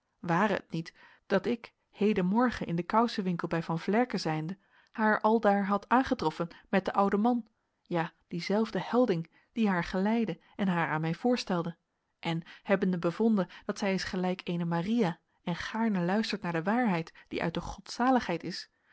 ware het niet dat ik hedenmorgen in den kousenwinkel bij van vlerken zijnde haar aldaar had aangetroffen met den ouden man ja dienzelfden helding die haar geleidde en haar aan mij voorstelde en hebbende bevonden dat zij is gelijk eene maria en gaarne luistert naar de waarheid die uit de godzaligheid is